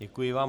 Děkuji vám.